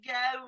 go